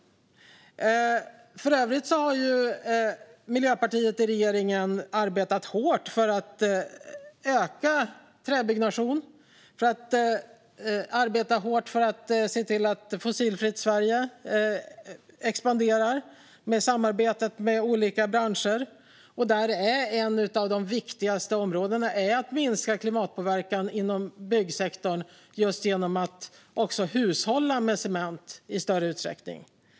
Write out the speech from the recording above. För övrigt har Miljöpartiet i regeringen jobbat hårt för att öka träbyggnationen och för att se till att arbetet med Fossilfritt Sverige expanderar, med samarbete med olika branscher. Där är ett av de viktigaste områdena att minska klimatpåverkan inom byggsektorn just genom att i större utsträckning hushålla med cement.